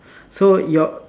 so your